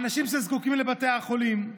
האנשים שזקוקים לבתי החולים,